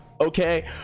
okay